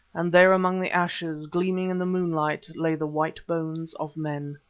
and there among the ashes, gleaming in the moonlight, lay the white bones of men.